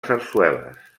sarsueles